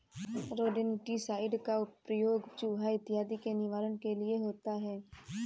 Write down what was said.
rodenticide का प्रयोग चुहा इत्यादि के निवारण के लिए होता है